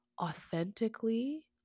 authentically